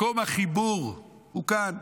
מקום החיבור הוא כאן.